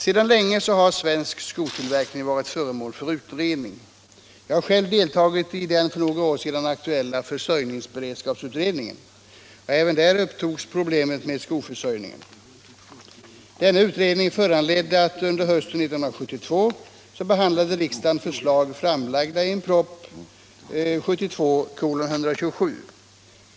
Sedan länge har svensk skotillverkning varit föremål för utredning —- jag har själv deltagit i den för några år sedan aktuella försörjnings 41 beredskapsutredningen, som även tog upp problemet med skoförsörjningen. Denna utredning föranledde att riksdagen under hösten 1972 behandlade förslag framlagda i propositionen 1972:127.